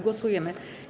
Głosujemy.